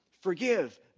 Forgive